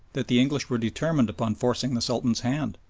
that the english were determined upon forcing the sultan's hand.